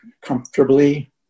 comfortably